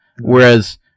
whereas